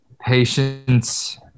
Patience